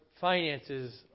finances